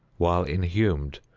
while inhumed,